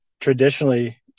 traditionally